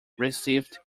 received